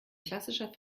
klassischer